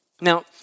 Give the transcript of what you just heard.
Now